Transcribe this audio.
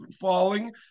falling